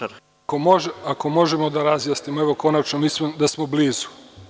Ako možemo da razjasnimo konačno, a mislim da smo blizu.